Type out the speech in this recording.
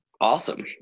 Awesome